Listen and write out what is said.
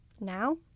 Now